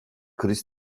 kriz